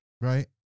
Right